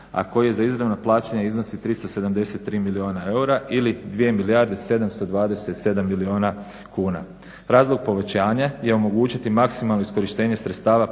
a koji je za izravno plaćanja iznosi 373 milijuna eura ili 2 727 milijuna kuna. Razlog povećanja je omogućiti maksimalno iskorištenje sredstava